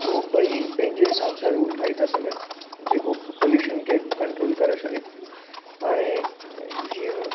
उहो भई पंहिंजे हिसाब सां रूल ठाही था सघनि जेको पॉल्यूशन खे कंट्रोल करे सघे हाणे जीअं